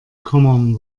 common